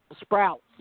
sprouts